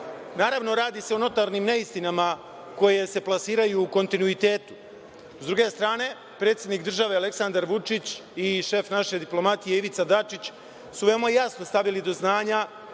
Naravno, radi se o notornim neistinama koje se plasiraju u kontinuitetu. Sa druge strane, predsednik države Aleksandar Vučić i šef naše diplomatije Ivica Dačić su veoma jasno stavili do znanja